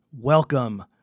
Welcome